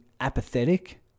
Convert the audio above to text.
apathetic